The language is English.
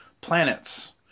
planets